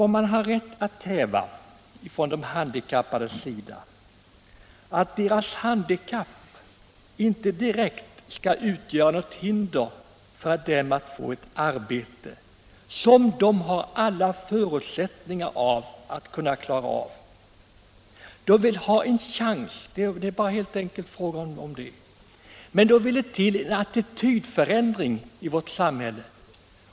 De handikappade har rätt att kräva att deras handikapp inte direkt skall utgöra något hinder för dem att få ett arbete som de har alla förutsättningar att kunna klara av. De vill ha en chans — det är helt enkelt bara fråga om det. Men om de skall få det vill det till en attitydförändring i vårt samhälle.